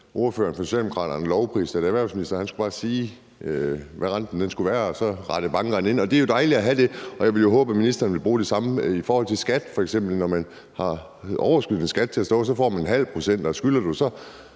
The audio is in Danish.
ordføreren for Socialdemokraterne lovpriste det; erhvervsministeren skulle bare sige, hvad renten skulle være, og så rettede bankerne ind. Det er jo dejligt at have det sådan, og jeg vil håbe, at ministeren vil bruge det samme i forhold til f.eks. skat, så når man har overskydende skat til at stå, så får man en 0,5 pct., og skylder du, så